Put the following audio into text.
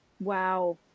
wow